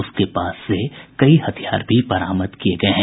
उसके पास से कई हथियार भी बरामद किये गये हैं